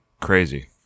crazy